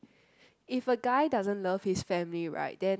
if a guy doesn't love his family right then